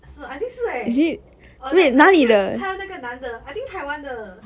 是 I think 是 eh or or like like 就是还有那个男的 I think 台湾的